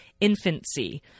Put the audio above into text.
Infancy